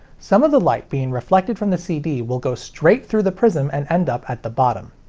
some of the light being reflected from the cd will go straight through the prism and end up at the bottom.